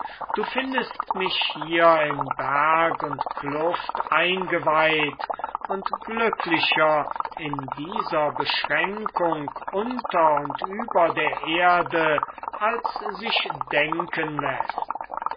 du findest mich hier in berg und kluft eingeweiht und glücklicher in dieser beschränkung unter und über der erde als sich denken läßt